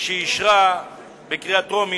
שאישרה את ההצעה בקריאה הטרומית.